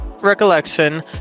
recollection